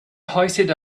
hoisted